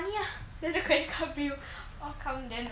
later credit card bill all come then you all